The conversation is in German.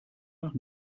nach